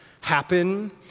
happen